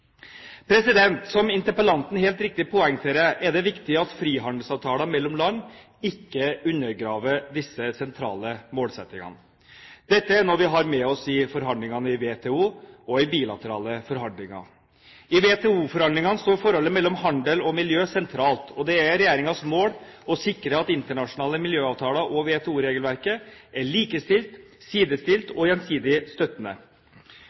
Som interpellanten helt riktig poengterer, er det viktig at frihandelsavtaler mellom land ikke undergraver disse sentrale målsettingene. Dette er noe vi har med oss i forhandlingene i WTO og i bilaterale forhandlinger. I WTO-forhandlingene står forholdet mellom handel og miljø sentralt, og det er regjeringens mål å sikre at internasjonale miljøavtaler og WTO-regelverket er «likestilt, sidestilt og gjensidig støttende»,